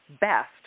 best